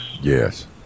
yes